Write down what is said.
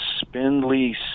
spindly